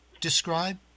describe